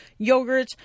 yogurts